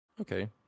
Okay